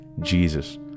Jesus